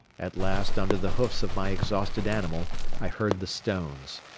at last under the hoofs of my exhausted animal i heard the stones.